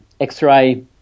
x-ray